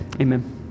Amen